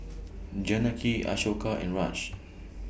Janaki Ashoka and Raj